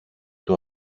του